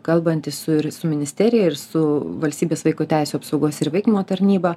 kalbantis su su ministerija ir su valstybės vaiko teisių apsaugos ir įvaikinimo tarnyba